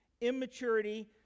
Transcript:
immaturity